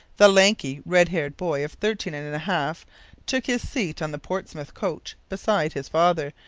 the lanky, red-haired boy of thirteen-and-a-half took his seat on the portsmouth coach beside his father,